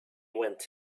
went